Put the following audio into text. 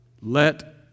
Let